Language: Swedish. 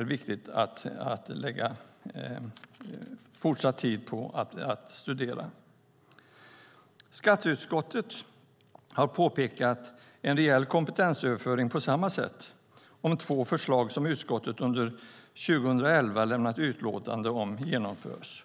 är viktigt att fortsatt lägga tid på att studera den frågan. Skatteutskottet har på samma sätt påpekat att det sker en rejäl kompetensöverföring om två förslag som utskottet under 2011 lämnat utlåtande om genomförs.